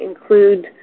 include